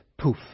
poof